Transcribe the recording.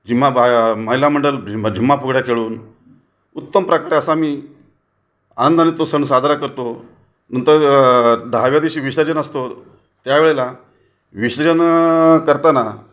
झिम्मा बा महिला मंडळ झिम्मा फुगड्या खेळून उत्तम प्रकारे असा आम्ही आनंदाने तो सण साजरा करतो नंतर दहाव्या दिवशी विसर्जन असतो त्यावेळेला विसर्जन करताना